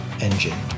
engine